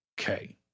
Okay